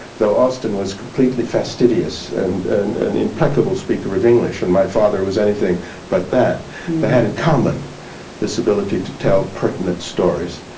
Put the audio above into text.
though austin was completely fastidious and an impeccable speaker of english and my father was anything but that they had in common this ability to tell pertinent stories.